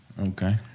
Okay